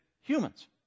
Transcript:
humans